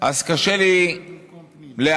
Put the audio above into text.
קשה לי להאמין